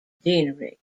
deanery